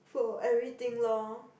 for everything lor